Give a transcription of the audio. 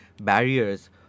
barriers